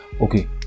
okay